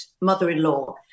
mother-in-law